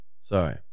sorry